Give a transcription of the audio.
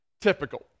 typical